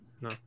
no